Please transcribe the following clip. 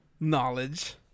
knowledge